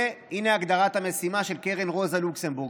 והינה הגדרת המשימה של קרן רוזה לוקסמבורג,